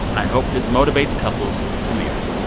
i hope this motivates couples to marry.